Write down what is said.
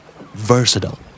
Versatile